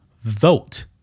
vote